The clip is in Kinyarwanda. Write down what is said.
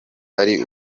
ari